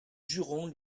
jurons